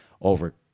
over